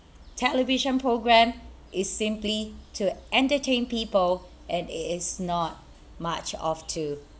television programme is simply to entertain people and it is not much of to